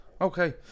Okay